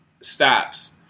stops